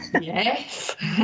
Yes